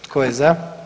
Tko je za?